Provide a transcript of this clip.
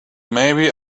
maybe